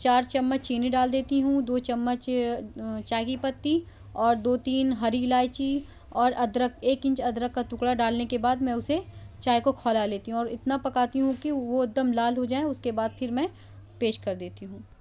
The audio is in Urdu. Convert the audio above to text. چار چمچ چینی ڈال دیتی ہوں دو چمچ چائے کی پتی اور دو تین ہری الائچی اور ادرک ایک انچ ادرک کا ٹکڑا ڈالنے کے بعد میں اسے چائے کو کھولا لیتی ہوں اور اتنا پکاتی ہوں کہ وہ ایک دم لال ہو جائیں اس کے بعد پھر میں پیش کر دیتی ہوں